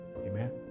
Amen